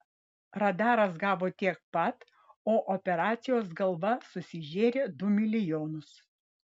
radaras gavo tiek pat o operacijos galva susižėrė du milijonus